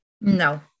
No